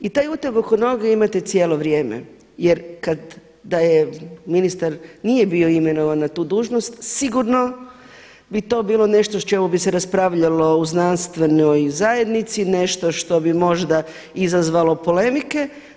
I taj uteg oko noge imate cijelo vrijeme, jer da ministar nije bio imenovan na tu dužnost sigurno bi to bilo nešto o čemu bi se raspravljalo u znanstvenoj zajednici, nešto što bi možda izazvalo polemike.